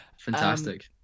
fantastic